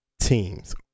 teams